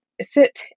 sit